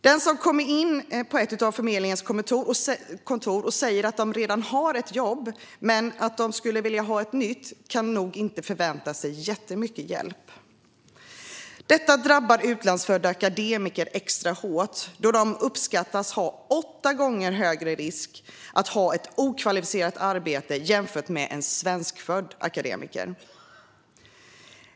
Den som kommer in på ett av förmedlingens kontor och säger att den redan har ett jobb men skulle vilja ha ett nytt kan nog inte förvänta sig jättemycket hjälp. Detta drabbar utlandsfödda akademiker extra hårt, då de uppskattas ha åtta gånger högre risk att ha ett okvalificerat arbete jämfört med en svenskfödd akademiker.